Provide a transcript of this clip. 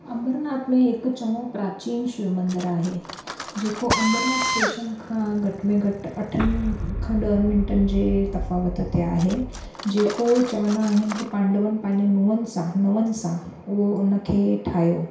अंबरनाथ में हिकु चङो प्राचीन शिव मंदरु आहे जेको अंबरनाथ स्टेशन खां घ मेंटि घटि अठनि खां ॾहनि मिंटनि जे तफ़ावत ते आहे जेको चवंदा आहिनि की पांॾुअनि पंहिंजे नुहन सां नुहनि सां उहो उन खे ठाहियो